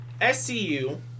SCU